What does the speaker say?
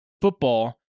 football